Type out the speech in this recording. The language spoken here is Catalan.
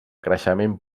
creixement